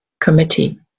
committee